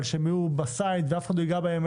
אבל שהם יהיו בצד ואף אחד לא ייגע בהם,